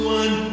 one